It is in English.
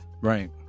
Right